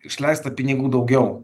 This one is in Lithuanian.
išleista pinigų daugiau